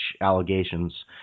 allegations